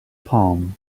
palm